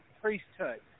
priesthood